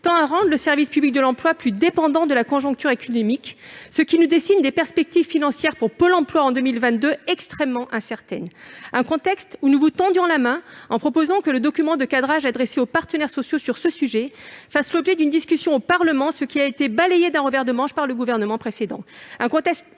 tend à rendre le service public de l'emploi plus dépendant de la conjoncture économique, ce qui dessine des perspectives financières extrêmement incertaines pour Pôle emploi en 2022. Nous vous tendions la main en proposant que le document de cadrage adressé aux partenaires sociaux sur ce sujet fasse l'objet d'une discussion au Parlement, ce qui a été balayé d'un revers de manche par le gouvernement précédent. Il s'agit enfin